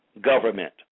Government